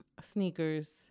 sneakers